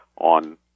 on